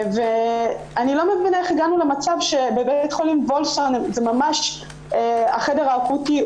ואני לא מבינה איך הגענו למצב שבבית חולים וולפסון זה ממש החדר האקוטי,